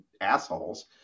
assholes